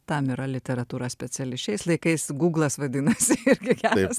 tam yra literatūra speciali šiais laikais guglas vadinasi irgi geras